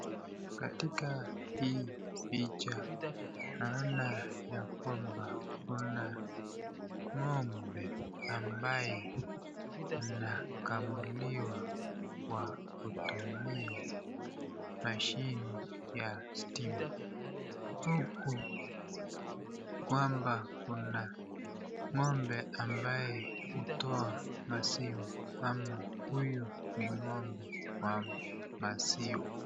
Katika hii picha naona ya kwamba kuna ng'ombe ambaye anakamuliwa kwa kutumia mashine ya stima, huku kwamba kuna ng'ombe ambaye hutoa maziwa ama huyu ni ng'ombe wa maziwa.